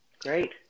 great